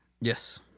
Yes